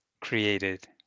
created